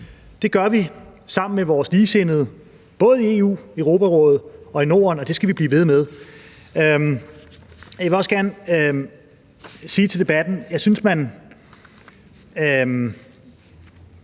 Det gør vi sammen med vores ligesindede, både i EU, i Europarådet og i Norden, og det skal vi blive ved med. Jeg vil også gerne sige om debatten, at jeg synes, at